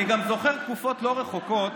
אני גם זוכר תקופות לא רחוקות